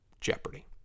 jeopardy